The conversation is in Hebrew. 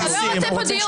אתה לא רוצה פה דיון.